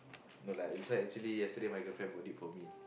no lah this one actually yesterday my girlfriend bought it for me